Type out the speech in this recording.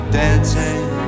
dancing